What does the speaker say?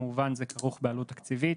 כמובן זה כרוך בעלות תקציבית.